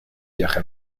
viaje